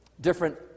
different